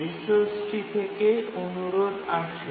resource থেকে এটির জন্য অনুরোধ আসে